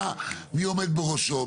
מי עומד בראשו?